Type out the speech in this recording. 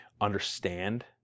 understand